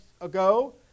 ago